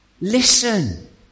Listen